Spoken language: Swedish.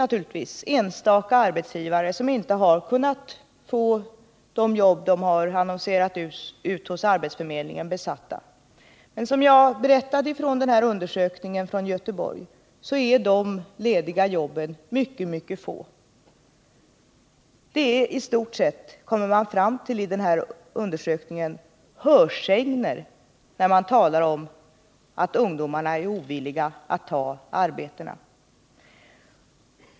Naturligtvis finns det enstaka arbetsgivare som inte har kunnat få de jobb besatta som de annonserat ut vid arbetsförmedlingen. Men som jag berättade om från Göteborgsundersökningen är de lediga jobben mycket få. Vid undersökningen har man kommit fram till att det i stort sett rör sig om hörsägner när det talas om att ungdomarna är ovilliga att ta arbetena.